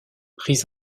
pris